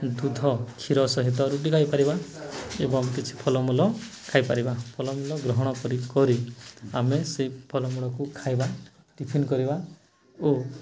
ଦୁଧ କ୍ଷୀର ସହିତ ରୁଟି ଖାଇପାରିବା ଏବଂ କିଛି ଫଳମୂଳ ଖାଇପାରିବା ଫଳମୂଳ ଗ୍ରହଣ କରି କରି ଆମେ ସେଇ ଫଳମୂଳକୁ ଖାଇବା ଟିଫିନ କରିବା ଓ